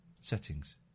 Settings